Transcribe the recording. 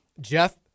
Jeff